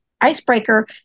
icebreaker